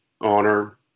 honor